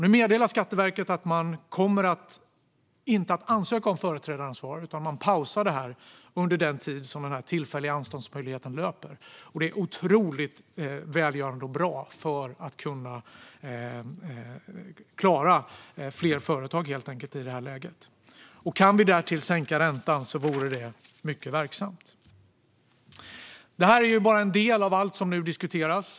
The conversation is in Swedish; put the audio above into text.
Nu meddelar dock Skatteverket att man inte kommer att ansöka om företrädaransvar, utan man pausar detta under den tid som den tillfälliga anståndsmöjligheten löper. Detta är otroligt välgörande för att fler företag ska kunna klara sig i det här läget. Kan vi därtill sänka räntan vore det mycket verksamt. Detta är bara en del av allt som nu diskuteras.